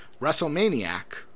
WrestleManiac